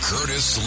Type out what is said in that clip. Curtis